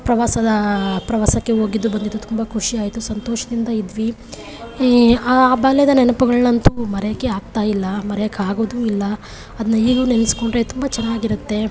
ಪ್ರವಾಸದ ಪ್ರವಾಸಕ್ಕೆ ಹೋಗಿದ್ದು ಬಂದಿದ್ದು ತುಂಬ ಖುಷಿಯಾಯಿತು ಸಂತೋಷದಿಂದ ಇದ್ವಿ ಈ ಆ ಬಾಲ್ಯದ ನೆನಪುಗಳನ್ನಂತೂ ಮರೆಯೋಕೆ ಆಗ್ತಾಯಿಲ್ಲ ಮರೆಯೋಕೆ ಆಗೋದೂ ಇಲ್ಲ ಅದನ್ನ ಈಗಲೂ ನೆನೆಸಿಕೊಂಡ್ರೆ ತುಂಬ ಚೆನ್ನಾಗಿರುತ್ತೆ